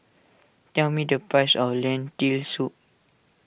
tell me the price of Lentil Soup